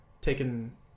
taken